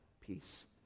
peace